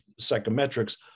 psychometrics